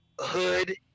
hood